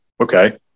okay